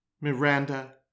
Miranda